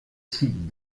sites